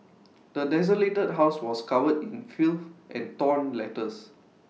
the desolated house was covered in filth and torn letters